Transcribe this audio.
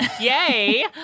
Yay